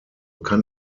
kann